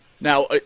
Now